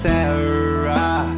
Sarah